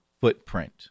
footprint